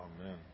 Amen